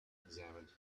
examined